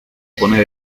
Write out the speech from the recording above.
pone